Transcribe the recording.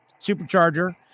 supercharger